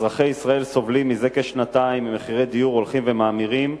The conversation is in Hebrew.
אזרחי ישראל סובלים זה כשנתיים ממחירי דיור הולכים ומאמירים.